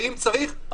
ואם צריך,